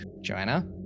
Joanna